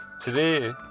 today